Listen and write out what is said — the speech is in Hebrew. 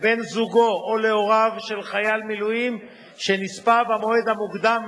לבן-זוגו או להוריו של חייל מילואים שנספה במועד המוקדם